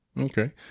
Okay